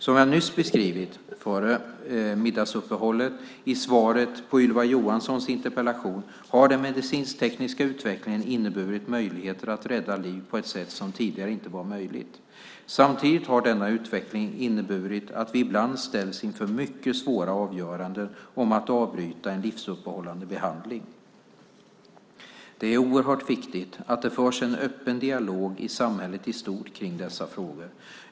Som jag före middagsuppehållet beskrev i svaret på Ylva Johanssons interpellation har den medicinsk-tekniska utvecklingen inneburit möjligheter att rädda liv på ett sätt som tidigare inte varit möjligt. Samtidigt har denna utveckling inneburit att vi ibland ställs inför mycket svåra avgöranden om att avbryta en livsuppehållande behandling. Det är oerhört viktigt att det förs en öppen dialog i samhället i stort om dessa frågor.